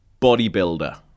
Bodybuilder